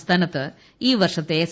സംസ്ഥാനത്ത് ഈ വർഷത്തെ എസ്